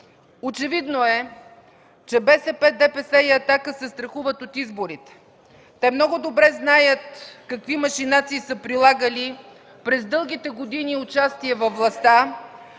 Очевидно е, че БСП, ДПС и „Атака” се страхуват от изборите. Те много добре знаят какви машинации са прилагали през дългите години участие във властта,